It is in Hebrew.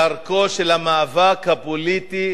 דרכו של המאבק הפוליטי